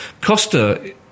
Costa